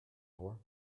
for